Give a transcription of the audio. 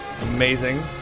Amazing